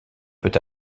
peut